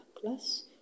class